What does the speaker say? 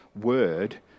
word